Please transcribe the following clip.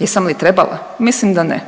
jesam li trebala? Mislim da ne